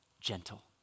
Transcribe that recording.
gentle